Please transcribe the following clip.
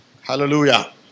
Hallelujah